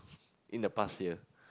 in the past year